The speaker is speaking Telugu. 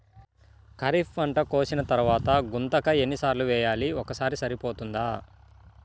ఖరీఫ్ పంట కోసిన తరువాత గుంతక ఎన్ని సార్లు వేయాలి? ఒక్కసారి సరిపోతుందా?